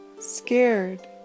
scared